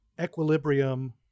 equilibrium